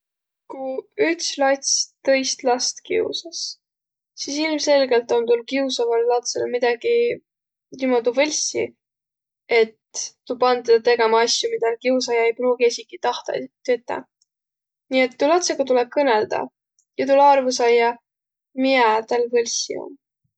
Ku üts lats tõist last kiusas, sis ilmselgelt om tuul kiusaval latsõl midägi niimuudu võlssi, et tuu pand tedä tegemä asju, midä kiusaja ei pruugiq esiki tahtaq tetäq. Niiet tuu latsõga tulõ kõnõldaq ja tulõ arvo saiaq, miä täl võlssi om.